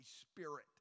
spirit